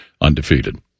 undefeated